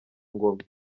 ngoma